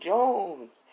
Jones